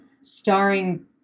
starring